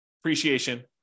appreciation